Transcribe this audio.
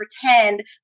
pretend